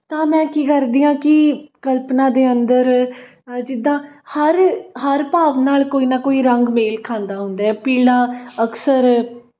ਤਾਂ ਮੈਂ ਕੀ ਕਰਦੀ ਹਾਂ ਕਿ ਕਲਪਨਾ ਦੇ ਅੰਦਰ ਜਿੱਦਾਂ ਹਰ ਹਰ ਭਾਵ ਨਾਲ ਕੋਈ ਨਾ ਕੋਈ ਰੰਗ ਮੇਲ ਖਾਂਦਾ ਹੁੰਦਾ ਪੀਲਾ ਅਕਸਰ